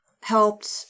helped